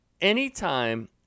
anytime